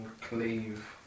Cleave